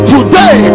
Today